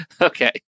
Okay